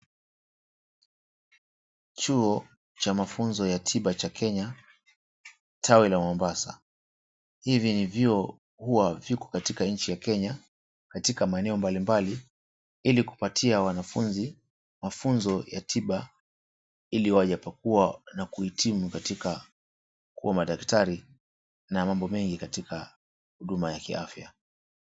Chuo cha mafunzo ya tiba cha Kenya, tawi la Mombasa. Hivi ni vyuo huwa viko katika nchi ya Kenya katika maeneo mbalimbali ili kupatia wanafunzi mafunzo ya tiba ili wajapokuwa na kuhitimu katika kuwa madaktari na mambo mingi katika huduma ya kiafya.